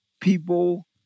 people